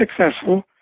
successful